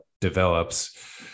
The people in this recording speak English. develops